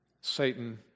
Satan